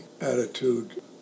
attitude